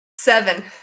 seven